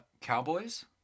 cowboys